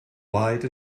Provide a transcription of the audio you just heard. white